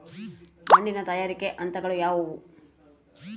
ಮಣ್ಣಿನ ತಯಾರಿಕೆಯ ಹಂತಗಳು ಯಾವುವು?